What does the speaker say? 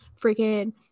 freaking